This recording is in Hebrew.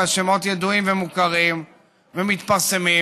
והשמות ידועים ומוכרים ומתפרסמים,